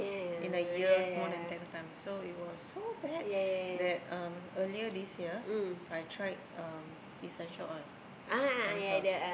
in a year more than ten times so it was so bad that um earlier this year I tried um essential oil on her